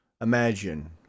Imagine